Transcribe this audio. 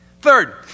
Third